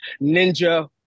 ninja